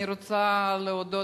אני רוצה להודות,